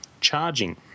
charging